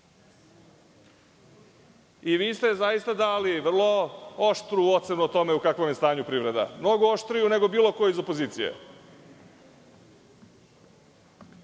Vi ste zaista dali vrlo oštru ocenu o tome u kakvom je stanju privreda, mnogo oštriju nego bilo ko iz opozicije. Moje